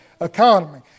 economy